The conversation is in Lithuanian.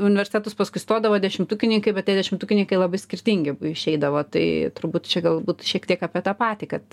į universitetus paskui stodavo dešimtukininkai bet tie dešimtukininkai labai skirtingi išeidavo tai turbūt čia galbūt šiek tiek apie tą patį kad